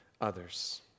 others